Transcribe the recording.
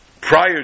prior